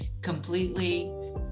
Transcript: completely